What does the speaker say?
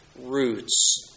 roots